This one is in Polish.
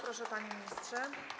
Proszę, panie ministrze.